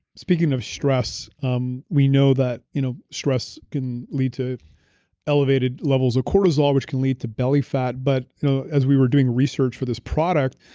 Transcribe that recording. speaking of stress, um we know that you know stress can lead to elevated levels of cortisol, which can lead to belly fat. but as we were doing research for this product,